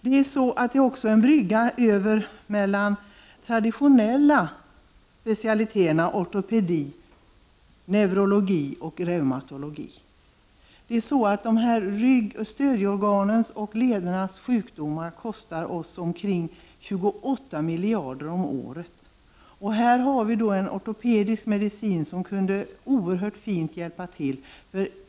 Ortopedisk medicin är också en brygga mellan de traditionella specialiteterna ortopedi, neurologi och reumatologi. Ryggens, stödjeorganens och ledernas sjukdomar kostar oss omkring 28 miljarder om året. Här skulle då läkare med utbildning i ortopedisk medicin oerhört fint kunna hjälpa till.